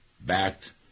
backed